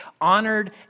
honored